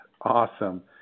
Awesome